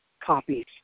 copies